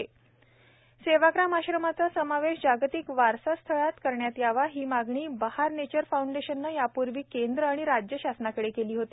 जागतिक वारसा स्थळ सेवाग्राम आश्रमाचा समावेश जागतिक वारसा स्थळात करण्यात यावा ही मागणी बहार नेचर फाउंडेशनने यापूर्वी केंद्र व राज्य शासनाकडे केलेली होती